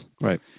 right